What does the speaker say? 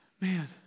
man